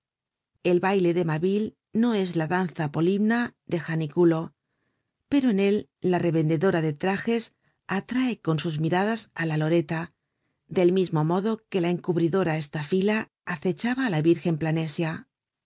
el baile de mabile no es la danza polimnia del janiculo pero en él la revendedora de trajes atrae con sus miradas á la loreta del mismo modo que la encubridora estafila acechaba á la virgen planesia